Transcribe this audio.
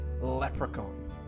leprechaun